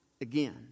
again